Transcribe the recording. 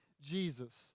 Jesus